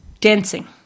Dancing